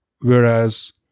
whereas